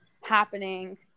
happening